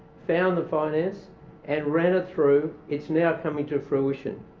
found the finance and ran it through. it's now coming to fruition.